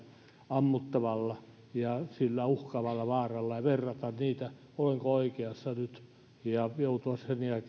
ammuttavalla ja sillä uhkaavalla vaaralla ja verrata niitä olenko oikeassa nyt ja sen jälkeen joutuu